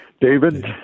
David